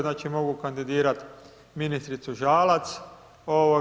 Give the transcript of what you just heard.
Znači mogu kandidirati ministricu Žalac.